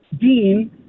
Dean